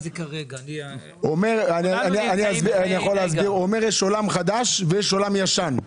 הוא אומר, יש עולם חדש ויש עולם ישן.